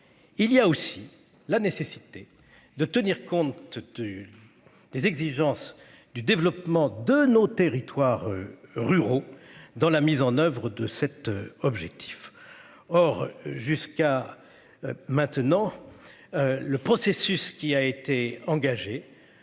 Il y a aussi la nécessité de tenir compte. Des exigences du développement de nos territoires. Ruraux dans la mise en oeuvre de cet objectif. Or jusqu'à. Maintenant. Le processus qui a été engagé